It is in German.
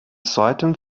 zweiten